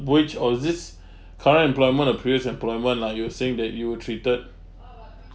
which of this current employment or previous employment lah you're saying that you were treated